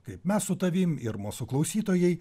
kaip mes su tavim ir mūsų klausytojai